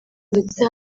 ndetse